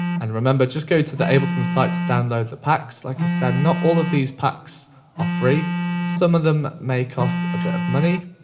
and remember, just go to the ableton site to download the packs, like i said not all of these packs are free some of them may cost a bit of money.